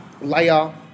layer